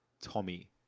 Tommy